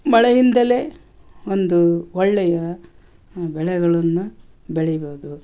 ಮಳೆಯಿಂದಲೇ ಒಂದು ಒಳ್ಳೆಯ ಹಂ ಬೆಳೆಗಳನ್ನು ಬೆಳಿಬೋದು